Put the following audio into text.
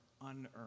unearned